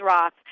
Rock